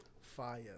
Fire